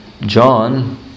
John